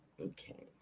Okay